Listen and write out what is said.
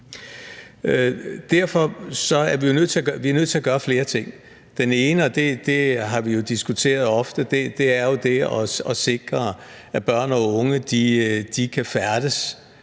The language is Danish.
ved. Vi er nødt til at gøre flere ting. Den ene, og det har vi jo diskuteret ofte, er at sikre, at børn og unge kan færdes